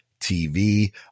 TV